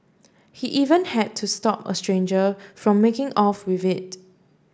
he even had to stop a stranger from making off with it